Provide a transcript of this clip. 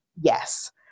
Yes